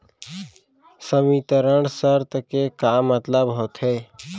संवितरण शर्त के का मतलब होथे?